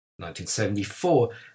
1974